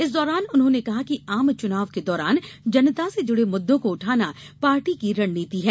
इस दौरान उन्होंने कहा कि आम चुनाव के दौरान जनता से जुड़े मुद्दों को उठाना पार्टी की रणनीति है